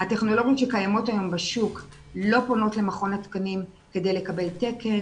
הטכנולוגיות שקיימות היום בשוק לא פונות למכון התקנים כדי לקבל תקן